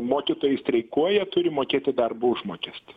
mokytojai streikuoja turi mokėti darbo užmokestį